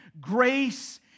grace